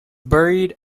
buried